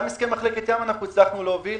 גם הסכם מחלקת ים הצלחנו להוביל.